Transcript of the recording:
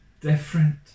different